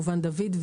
דוד,